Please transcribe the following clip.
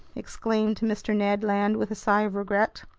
exclaimed mr. ned land with a sigh of regret.